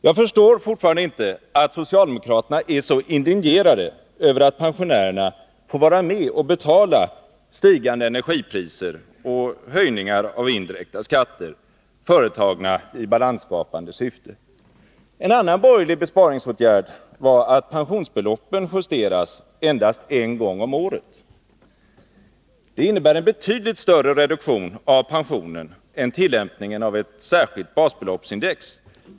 Jag förstår fortfarande inte att socialdemokraterna är så indignerade över att pensionärerna får vara med och betala stigande energipriser och höjningar av indirekta skatter, företagna i balansskapande syfte. En annan borgerlig besparingsåtgärd var att pensionsbeloppen skulle justeras endast en gång om året. Det innebär en betydligt större reduktion av pensionen än tillämpningen av ett särskilt basbeloppsindex.